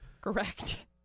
Correct